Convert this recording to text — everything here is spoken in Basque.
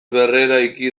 berreraiki